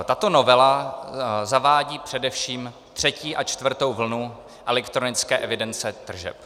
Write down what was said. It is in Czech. Tato novela zavádí především třetí a čtvrtou vlnu elektronické evidence tržeb.